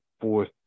fourth